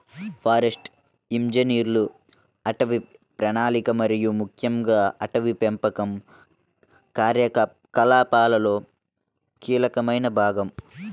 forest ఇంజనీర్లు అటవీ ప్రణాళిక మరియు ముఖ్యంగా అటవీ పెంపకం కార్యకలాపాలలో కీలకమైన భాగం